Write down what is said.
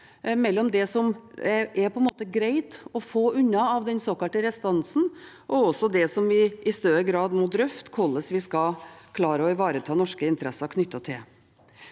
mellom det som er greit å få unna av den restansen, og det som vi i større grad må drøfte hvordan vi skal klare å ivareta norske interesser knyttet til.